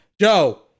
Joe